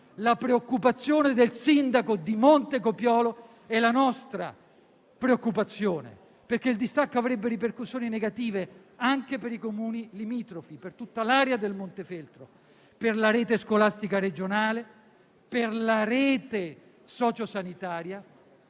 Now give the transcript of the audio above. La preoccupazione del sindaco di Montecopiolo è la nostra preoccupazione, perché il distacco avrebbe ripercussioni negative anche per i Comuni limitrofi, per tutta l'area del Montefeltro, per la rete scolastica regionale, per la rete sociosanitaria,